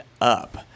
up